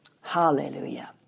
hallelujah